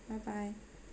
bye bye